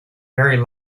very